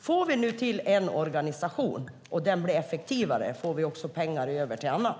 Får vi nu till en organisation som blir effektivare får vi också pengar över till annat.